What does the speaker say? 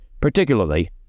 particularly